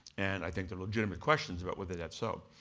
and i think there are legitimate questions about whether that's so.